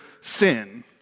sin